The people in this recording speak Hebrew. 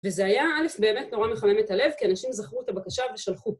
וזה היה א. באמת נורא מחמם את הלב כי אנשים זכרו את הבקשה ושלחו.